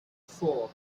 four